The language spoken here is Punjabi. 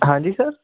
ਹਾਂਜੀ ਸਰ